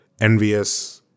envious